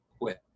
quit